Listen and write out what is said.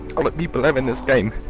the people loving this game,